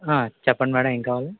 ఆ చెప్పండి మ్యాడం ఏంకావాలి